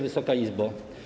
Wysoka Izbo!